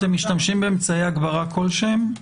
אתם משתמשים באמצעי הגברה כלשהם?